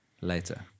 later